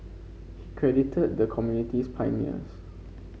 he credited the community's pioneers